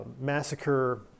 massacre